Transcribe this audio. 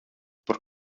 par